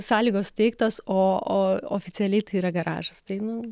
sąlygos suteiktos o o oficialiai tai yra garažas tai nu